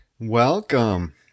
Welcome